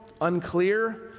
unclear